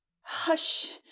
hush